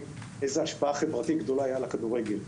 איזו השפעה חברתית גדולה הייתה לכדורגל.